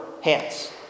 hands